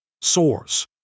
Source